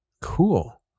cool